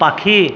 পাখি